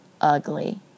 ugly